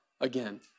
again